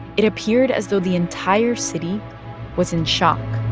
it appeared as though the entire city was in shock